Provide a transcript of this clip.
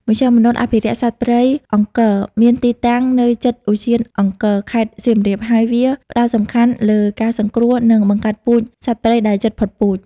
មជ្ឈមណ្ឌលអភិរក្សសត្វព្រៃអង្គរមានទីតាំងនៅជិតឧទ្យានអង្គរ ខេត្តសៀមរាប ហើយវា ផ្តោតសំខាន់លើការសង្គ្រោះ និងបង្កាត់ពូជសត្វព្រៃដែលជិតផុតពូជ។